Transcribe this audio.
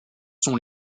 sont